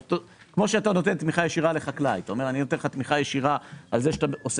כמו שאתה נותן תמיכה ישירה לחקלאי על זה שהוא עושה